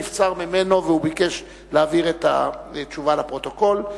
נבצר ממנו והוא ביקש להעביר את התשובה לפרוטוקול,